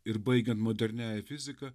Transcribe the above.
ir baigiant moderniąja fizika